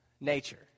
nature